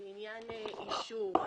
בעניין ההגדרה "אישור"